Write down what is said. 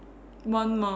one more